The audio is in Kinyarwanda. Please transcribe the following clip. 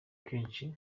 kenshi